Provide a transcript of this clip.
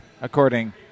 According